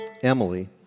Emily